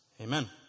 Amen